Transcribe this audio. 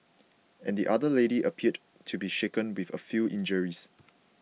and the other lady appeared to be shaken with a few injuries